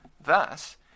Thus